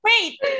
Wait